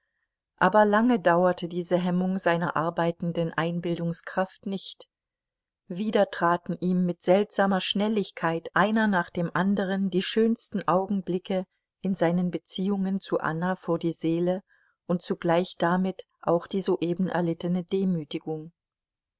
aber lange dauerte diese hemmung seiner arbeitenden einbildungskraft nicht wieder traten ihm mit seltsamer schnelligkeit einer nach dem andern die schönsten augenblicke in seinen beziehungen zu anna vor die seele und zugleich damit auch die soeben erlittene demütigung